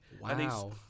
Wow